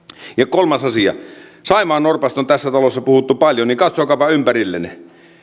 kolmas asia saimaannorpasta on tässä talossa puhuttu paljon joten katsokaapa ympärillenne